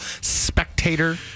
spectator